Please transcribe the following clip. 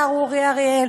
השר אורי אריאל,